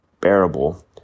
bearable